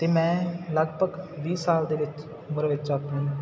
ਅਤੇ ਮੈਂ ਲਗਭਗ ਵੀਹ ਸਾਲ ਦੇ ਵਿੱਚ ਉਮਰ ਵਿੱਚ ਆਪਣੀ